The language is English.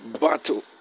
battle